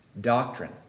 Doctrine